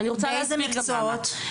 באיזה מקצועות?